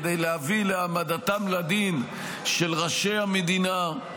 כדי להביא להעמדתם לדין של ראשי המדינה,